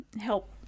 help